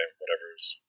whatever's